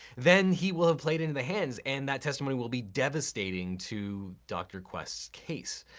then he will have played into the hands, and that testimony will be devastating to dr. quest's case.